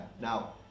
now